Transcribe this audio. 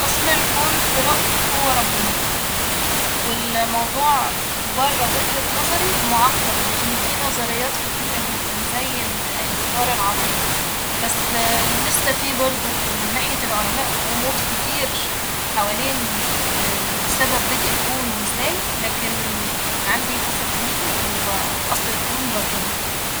أصل الكون في رأيي هو ربنا ، والموضوع بره وجهة نظري معقد لإن في نظريات كتيرة جدا زي ال- الانفجار العظيم بس لسه في برضه من نحية العلماء غموض كتير حوالين سبب بدء الكون وازاي لكن عندي حسب ديني أصل الكون ربنا